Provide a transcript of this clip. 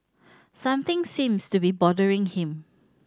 something seems to be bothering him